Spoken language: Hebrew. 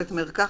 בית מרקחת,